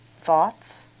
thoughts